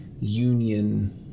union